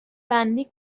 بندی